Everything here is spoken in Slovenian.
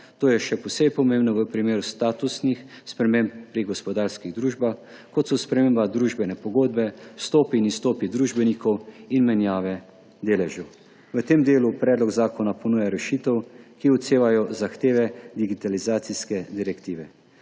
To je še posebej pomembno v primeru statusnih sprememb pri gospodarskih družbah, kot so sprememba družbene pogodbe, vstopi in izstopi družbenikov in menjave deležev. V tem delu predlog zakona ponuja rešitve, ki odsevajo zahteve digitalizacijske direktive.